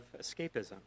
escapism